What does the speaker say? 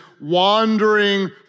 wandering